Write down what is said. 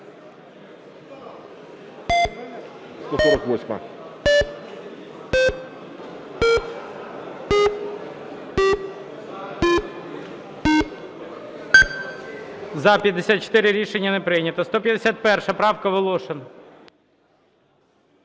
Рішення не прийнято. 151 правка. Волошин.